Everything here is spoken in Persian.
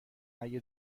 اگه